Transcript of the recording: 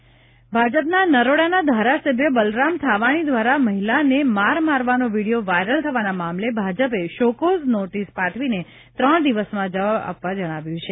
ધારાસભ્ય બલરામ થાવાણી ભાજપના નરોડાના ધારાસભ્ય બલરામ થાવાણી દ્વારા મહિલાને માર મારવાનો વિડિયો વાઇરલ થવાના મામલે ભાજપે શો કોઝ નોટીસ પાઠવીને ત્રણ દિવસમાં જવાબ આપવા જણાવ્યું છે